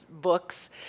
books